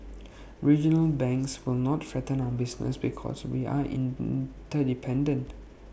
regional banks will not threaten our business because we are in dependent